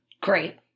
Great